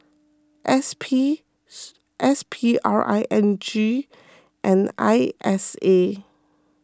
S P S P R I N G and I S A